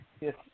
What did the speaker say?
Yes